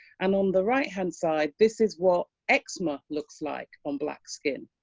and on the right hand side, this is what eczema looks like on black skin.